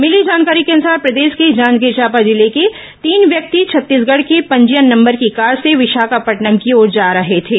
मिली जानकारी के अनुसार प्रदेश के जांजगीर चांपा जिले के तीन व्यक्ति छत्तीसगढ़ के पंजीयन नंबर की कार से विशाखापट्नम की ओर जा रहे थे